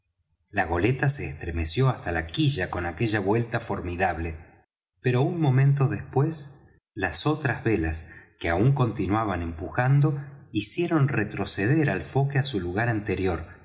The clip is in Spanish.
la goleta se estremeció hasta la quilla con aquella vuelta formidable pero un momento después las otras velas que aún continuaban empujando hicieron retroceder al foque á su lugar anterior